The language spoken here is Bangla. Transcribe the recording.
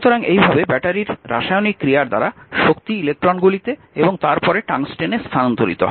সুতরাং এইভাবে ব্যাটারির রাসায়নিক ক্রিয়া দ্বারা শক্তি ইলেকট্রনগুলিতে এবং তারপরে টাংস্টেনে স্থানান্তরিত হয়